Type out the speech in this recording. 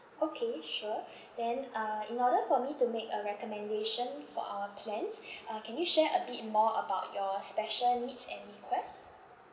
okay sure then uh in order for me to make a recommendation for our plans uh can you share a bit more about your special needs and requests